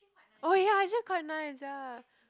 oh ya actually quite nice ya